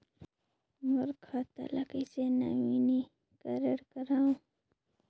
मोर खाता ल कइसे नवीनीकरण कराओ?